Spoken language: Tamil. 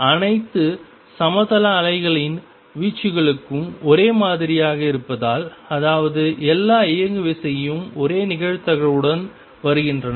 அனைத்து சமதள அலைகளின் வீச்சுகளும் ஒரே மாதிரியாக இருப்பதால் அதாவது எல்லா இயங்குவிசையும் ஒரே நிகழ்தகவுடன் வருகின்றன